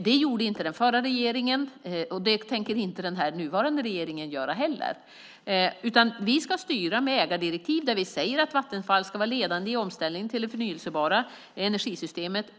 Det gjorde inte den förra regeringen, och det tänker inte den nuvarande regeringen göra heller. Vi ska styra med ägardirektiv där vi säger att Vattenfall ska vara ledande i omställningen till det förnybara energisystemet.